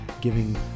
giving